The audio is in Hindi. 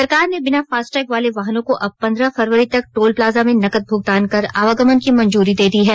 सरकार ने बिना फासटैग वाले वाहनों को अब पंद्रह फरवरी तक टोल प्लाजा में नकद भूगतान कर आवागमन की मंजूरी दे दी है